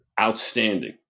Outstanding